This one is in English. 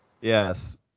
Yes